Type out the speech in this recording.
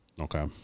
Okay